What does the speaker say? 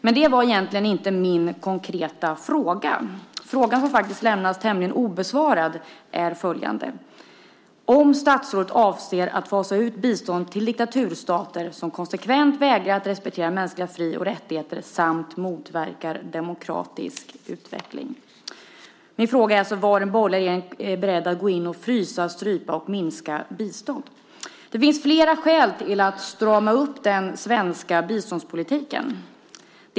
Men det är inte detta som min konkreta fråga handlade om. Min fråga, som lämnades tämligen obesvarad, var: Avser statsrådet att fasa ut biståndet till diktaturstater som konsekvent vägrar att respektera mänskliga fri och rättigheter samt motverkar demokratisk utveckling? Min fråga handlar alltså om ifall den borgerliga regeringen är beredd att frysa, strypa eller minska bistånd. Det finns flera skäl att strama upp den svenska biståndspolitiken.